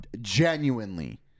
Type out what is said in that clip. Genuinely